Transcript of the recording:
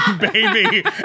baby